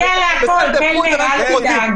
נגיע להכול, קלנר, אל תדאג.